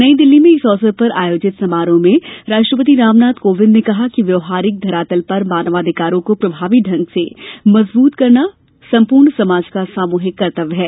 नई दिल्ली में इस अवसर पर आयोजित समारोह में राष्ट्रपति रामनाथ कोविंद ने कहा कि व्यवहारिक धरातल पर मानवाधिकारों को प्रभावी ढंग से मजबूत करना संपूर्ण समाज का सामूहिक कर्त्वय है